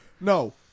No